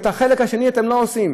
ואת החלק השני אתם לא עושים.